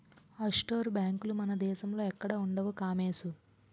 offshore బేంకులు మన దేశంలో ఎక్కడా ఉండవు కామోసు